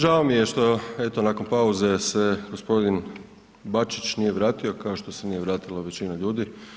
Žao mi je što eto nakon pauze se gospodin Bačić nije vratio kao što se nije vratila većina ljudi.